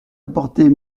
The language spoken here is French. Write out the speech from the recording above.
apporter